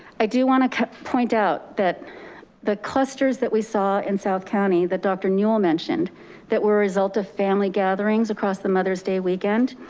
i do want to point out that the clusters that we saw in south county, that dr newel mentioned that were a result of family gatherings across the mother's day weekend.